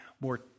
more